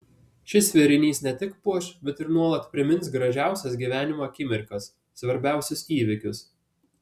šis vėrinys ne tik puoš bet ir nuolat primins gražiausias gyvenimo akimirkas svarbiausius įvykius